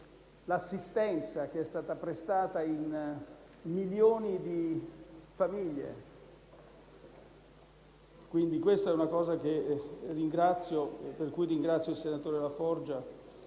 dell'assistenza che è stata prestata a milioni di famiglie.